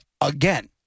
again